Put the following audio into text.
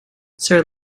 sir